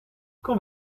quand